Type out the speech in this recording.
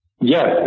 Yes